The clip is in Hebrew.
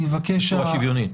בצורה שוויונית.